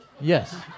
Yes